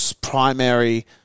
primary